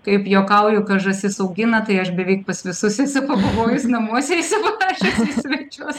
kaip juokauju kas žąsis augina tai aš beveik pas visus esu pabuvojus namuose įsiprašius į svečius